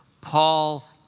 Paul